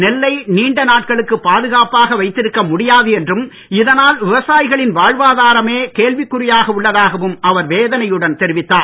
நெல்லை நீண்ட நாட்களுக்கு பாதுகாப்பாக வைத்திருக்க முடியாது என்றும் இதனால் விவசாயிகளின் வாழ்வாதாரமே கேள்விக்குறியாக உள்ளதாகவும் அவர் வேதனையுடன் தெரிவித்தார்